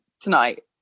tonight